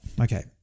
Okay